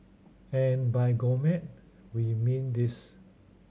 and by gourmet we mean this